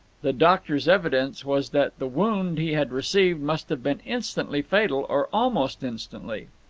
the doctor's evidence was that the wound he had received must have been instantly fatal, or almost instantly.